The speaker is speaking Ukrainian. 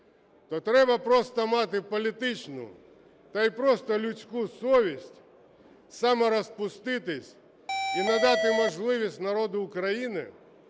то треба просто мати політичну та й просто людську совість саме розпуститись і надати можливість народу України